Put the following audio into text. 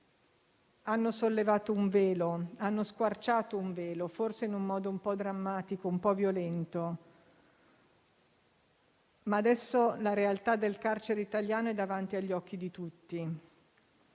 Maria Capua Vetere hanno squarciato un velo, forse in un modo un po' drammatico e violento, ma adesso la realtà del carcere italiano è davanti agli occhi di tutti,